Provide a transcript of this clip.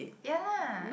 ya lah